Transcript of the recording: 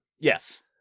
Yes